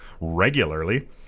regularly